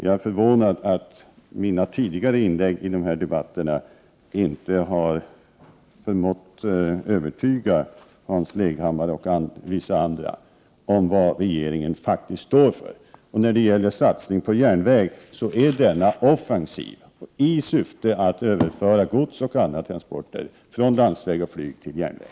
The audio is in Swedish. Jag är förvånad att mina tidigare inlägg i dessa debatter inte har förmått övertyga Hans Leghammar och vissa andra vad regeringen faktiskt står för. Och regeringens satsning på järnvägen är offensiv, och syftet är att godstransporter och andra transporter skall överföras från landsväg och flyg till järnväg.